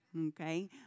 okay